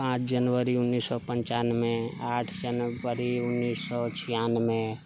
पाँच जनवरी उन्नीस सए पनचानबे आठ जनवरी उन्नीस सए छियानबे